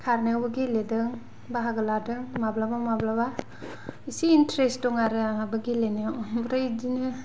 खारनायावबो गेलेदों बाहागो लादों माब्लाबा माब्लाबा इसे इनटारेस्ट दं आरो आंहाबो गेलेनायाव ओमफ्राय बिदिनो